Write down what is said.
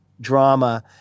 drama